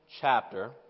chapter